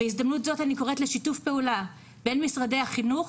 בהזדמנות זאת אני קוראת לשיתוף פעולה בין משרדי החינוך,